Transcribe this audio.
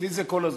אצלי זה כל הזמן.